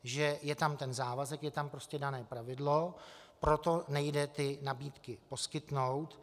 Že je tam ten závazek, je tam prostě dané pravidlo, proto nejde nabídky poskytnout.